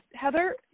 Heather